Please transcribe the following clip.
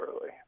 early